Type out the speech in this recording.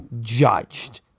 judged